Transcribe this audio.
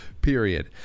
period